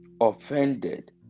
offended